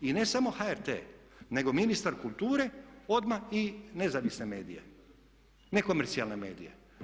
I ne samo HRT nego ministar kulture, odmah i nezavisne medije, nekomercijalne medije.